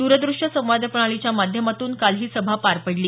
दरदृश्य संवाद प्रणालीच्या माध्यमातून काल ही सभा पार पडली